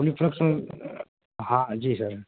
فلی فک ہاں جی سر